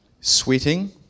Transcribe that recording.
sweating